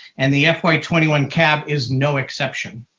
and the fy twenty one cab is no exception.